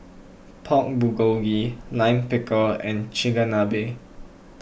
Pork Bulgogi Lime Pickle and Chigenabe